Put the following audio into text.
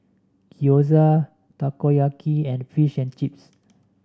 Gyoza Takoyaki and Fish and Chips